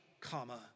comma